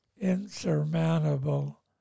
insurmountable